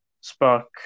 spark